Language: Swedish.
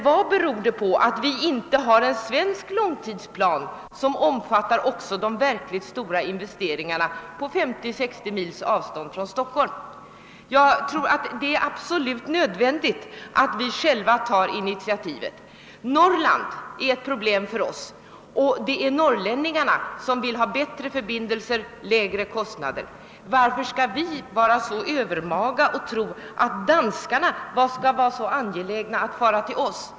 Vad beror det på att det inte finns en svensk långtidsplan som omfattar också de verkligt stora investeringarna på 50-60 mils avstånd från Stockholm? Jag tror ati det är absolut nödvändigt att vi själva tar initiativ i detta sammanhang. Norrland är ett problem för oss; norrlänningarna vill ha bättre förbindelser och lägre resekostnader. Varför skall vi vara så övermaga att vi bara räknar med att danskarna är angelägna att fara norrut till oss?